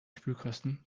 spülkasten